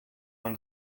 man